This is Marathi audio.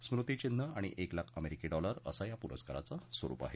स्मृतीचिन्ह आणि एक लाख अमेरिकी डॉलर असं या पुरस्काराचं स्वरुप आहे